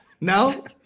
No